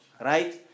right